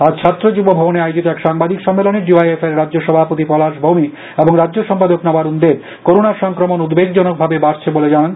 আজ ছাত্র মুব ভবনে আয়োজিত এক সাংবাদিক সম্মেলনে ডি ওয়াই এফ আই র রাজ্য সভাপতি পলাশ ভৌমিক এবং রাজ্য সম্পাদক নবারুণ দেব করোনা সংক্রমণ উদ্বেগজনকভাবে বাড়ছে বলে জানান